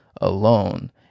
alone